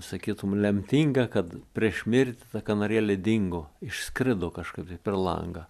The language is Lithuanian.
sakytum lemtinga kad prieš mirtį kanarėlė dingo išskrido kažkaip tai per langą